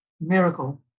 miracle